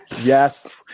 yes